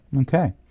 Okay